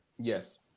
Yes